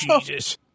Jesus